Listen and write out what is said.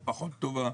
או פחות טובה,